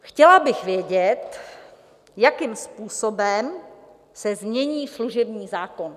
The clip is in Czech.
Chtěla bych vědět, jakým způsobem se změní služební zákon.